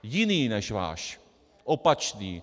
Jiný než váš, opačný.